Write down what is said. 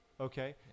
Okay